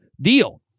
deal